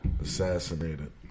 Assassinated